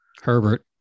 Herbert